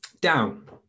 down